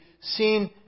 seen